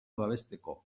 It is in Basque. babesteko